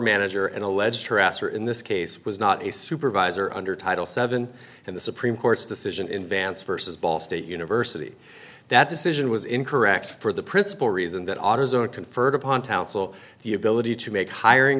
manager and alleged harasser in this case was not a supervisor under title seven and the supreme court's decision in vance vs ball state university that decision was incorrect for the principal reason that autozone conferred upon townsell the ability to make hiring